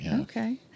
Okay